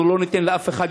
אנחנו לא ניתן יותר לאף אחד